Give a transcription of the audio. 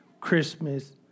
Christmas